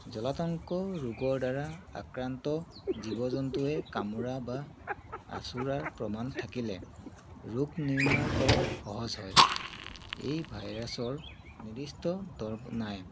জলাতংক ৰোগৰ দ্বাৰা আক্ৰান্ত জীৱ জন্তুৱে কামোৰা বা আঁচোৰাৰ প্ৰমাণ থাকিলে ৰোগ নিৰ্ণয় কৰাত সহজ হয় এই ভাইৰাছৰ নিৰ্দিষ্ট দৰৱ নাই